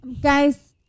Guys